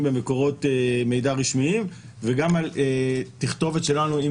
ומקורות מידע רשמיים וגם על תכתובת שלנו עם